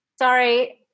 sorry